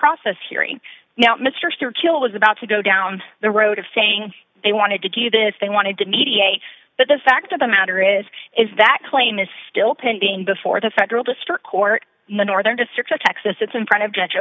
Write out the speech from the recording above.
process hearing now mr killen was about to go down the road of saying they wanted to do this they wanted to mediate but the fact of the matter is is that claim is still pending before the federal district court in the northern district of texas it's in front of judge